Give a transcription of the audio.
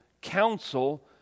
counsel